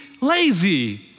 lazy